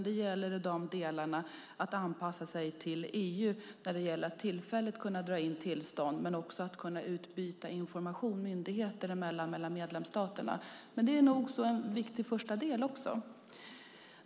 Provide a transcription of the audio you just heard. Det gäller i delarna att anpassa sig till EU när det handlar om att tillfälligt kunna dra in tillstånd. Men det handlar också om att kunna utbyta information myndigheter emellan mellan medlemsstaterna. Men det är en nog så viktig första del.